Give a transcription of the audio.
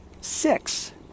six